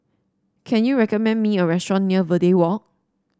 can you recommend me a restaurant near Verde Walk